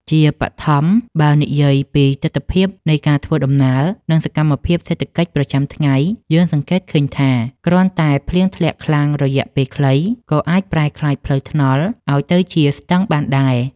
ជាបឋម បើនិយាយពីទិដ្ឋភាពនៃការធ្វើដំណើរ និងសកម្មភាពសេដ្ឋកិច្ចប្រចាំថ្ងៃ យើងសង្កេតឃើញថា គ្រាន់តែភ្លៀងធ្លាក់ខ្លាំងរយៈពេលខ្លី ក៏អាចប្រែក្លាយផ្លូវថ្នល់ឱ្យទៅជាស្ទឹងបានដែរ។